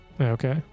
Okay